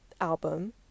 album